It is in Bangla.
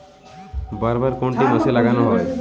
বরবটি কোন মাসে লাগানো হয়?